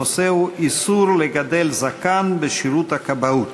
הנושא הוא: איסור לגדל זקן בשירות הכבאות.